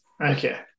Okay